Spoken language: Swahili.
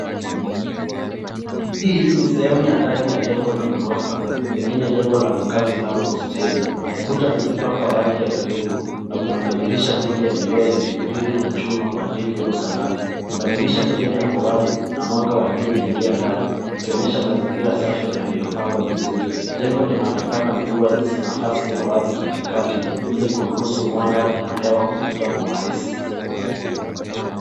Hii ni sehemu ya ndani ya jengo la ghorofa pengine jengo la makazi au hosteli. Kuta zimepakwa rangi ya krimu na kuna madirisha mengi ya vioo yenye grili za chuma kwa ajili ya usalama. Madirisha mengine yako wazi na mwanga wa jua unaingia ndani ukionyesha mazingira safi na yaliyopangwa vizuri. Jengo linaonekana kuwa nafasi ya wazi katikati ili kuruhusu mwanga na hewa kupita kwa urahisi.